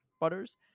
Butters